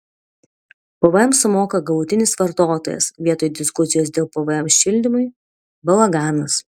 pvm sumoka galutinis vartotojas vietoj diskusijos dėl pvm šildymui balaganas